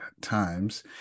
times